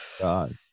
God